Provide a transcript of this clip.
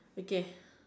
okay